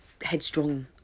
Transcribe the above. headstrong